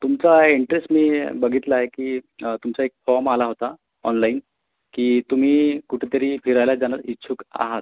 तुमचा इंट्रेस्ट मी बघितला आहे की तुमचा एक फॉम आला होता ऑनलाईन की तुम्ही कुठंतरी फिरायला जाणार इच्छुक आहात